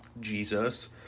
Jesus